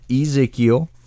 Ezekiel